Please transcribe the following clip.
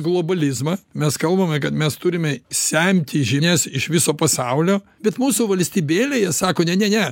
globalizmą mes kalbame kad mes turime semti žinias iš viso pasaulio bet mūsų valstybėlėje sako ne ne ne